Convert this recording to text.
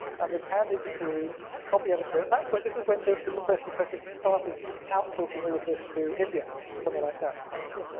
and was handed to the copy editor, and but this was when the the university presses had started outsourcing all of this to india or somewhere like that. oh, dear god.